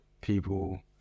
people